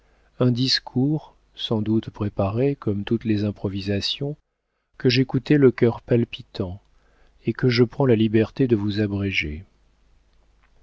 un discours sans doute préparé comme toutes les improvisations que j'écoutai le cœur palpitant et que je prends la liberté de vous abréger